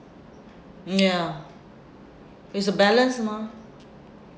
mm ya it's a balance mah